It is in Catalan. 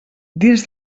dins